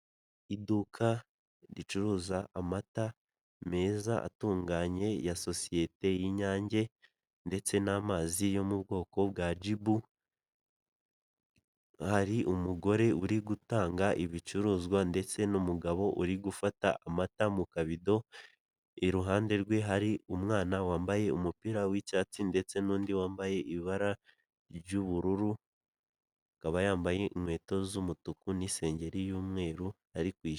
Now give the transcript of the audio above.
Iduka ricuruza amata meza atunganye ya sosiyete y'inyange, ndetse n'amazi yo mu bwoko bwa gibu hari umugore uri gutanga ibicuruzwa, ndetse n'umugabo uri gufata amata mu kabido iruhande rwe hari umwana wambaye umupira wicyatsi ndetse n'undi wambaye ibara ry'ubururu akaba yambaye inkweto z'umutuku n'isengeri y'umweru ari kusi.